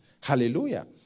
Hallelujah